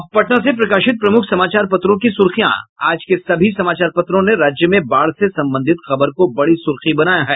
अब पटना से प्रकाशित प्रमुख समाचार पत्रों की सुर्खियां आज के सभी समाचार पत्रों ने राज्य में बाढ़ से संबंधित खबर को बड़ी सुर्खी बनाया है